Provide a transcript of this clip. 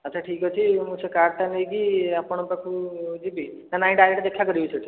ଆଚ୍ଛା ଠିକ୍ ଅଛି ମୁଁ ସେ କାର୍ଡ଼ଟା ନେଇକି ଆପଣଙ୍କ ପାଖକୁ ଯିବି ନା ନାହିଁ ଡାଇରେକ୍ଟ ଦେଖା କରିବି ସେଠି